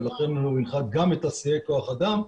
ולכן הוא גם הנחה את כוח האדם,